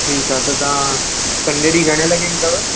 ठीकु आहे त तव्हां संडे ॾींहुं घणे लॻे ईंदव